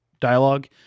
dialogue